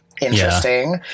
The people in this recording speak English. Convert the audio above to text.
interesting